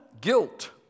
guilt